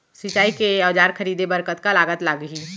सिंचाई के औजार खरीदे बर कतका लागत लागही?